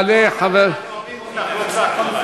את רואה, טלי, אנחנו אוהבים אותך, לא צעקנו עלייך.